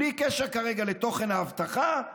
בלי קשר כרגע לתוכן ההבטחה,